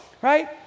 right